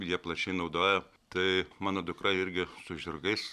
jie plačiai naudoja tai mano dukra irgi su žirgais